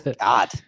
God